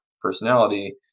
personality